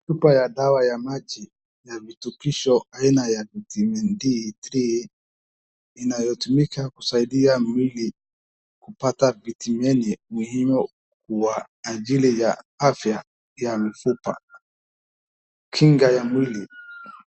Chupa ya dawa ya maji ya virutubisho aina Vitamin D3 inayotumika kusaidia mwili kupata vitemeni muhimu kwa ajili ya afya ya mfupa, kinga ya mwili.